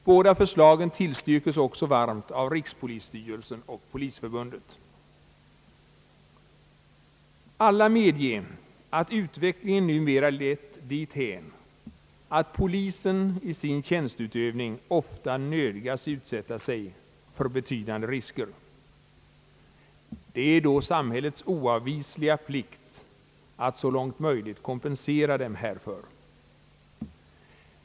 Båda förslagen tillstyrkes också varmt av rikspolisstyrelsen och Svenska polisförbundet. Alla medger att utvecklingen numera leti dithän, att polismännen i sin tjänsteutövning ofta nödgas utsätta sig för betydande risker. Det är då samhällets oavvisliga plikt att så långt möjligt kompensera dem härför.